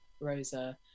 Rosa